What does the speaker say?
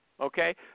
okay